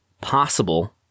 possible